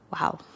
wow